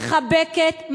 מחבקת,